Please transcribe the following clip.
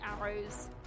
arrows